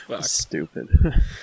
stupid